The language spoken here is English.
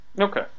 Okay